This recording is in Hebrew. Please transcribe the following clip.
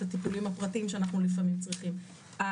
הטיפולים הפרטיים שאנחנו לפעמים צריכים.